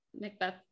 Macbeth